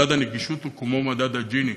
מדד הנגישות הוא כמו מדד הג'יני,